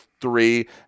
three